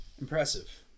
impressive